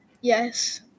Yes